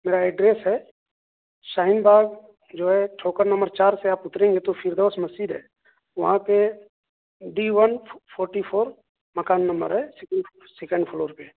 میرا ایڈریس ہے شاہین باغ جو ہے ٹھوکر نمبر چار سے آپ اُتریں گے تو فردوس مسجد ہے وہاں پہ ڈی وَن فورٹی فور مکان نمبر ہے سیکینڈ فلور پہ